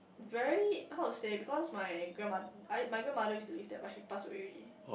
very how to say because my grandmo~ I my grandmother used to live there but she passed away already